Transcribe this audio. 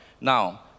Now